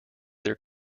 their